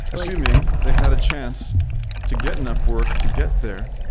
assuming they had a chance to get enough work to get there,